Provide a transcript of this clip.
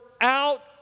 out